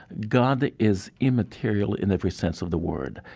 god is immaterial in every sense of the word.